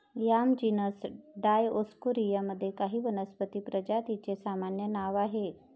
yam genus Dioscorea मध्ये काही वनस्पती प्रजातींचे सामान्य नाव आहे